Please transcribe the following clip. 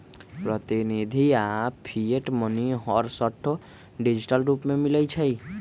प्रतिनिधि आऽ fiat money हरसठ्ठो डिजिटल रूप में मिलइ छै